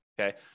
okay